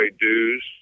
dues